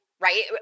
right